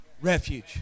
refuge